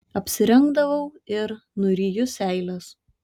apsirengdavau ir nuryju seiles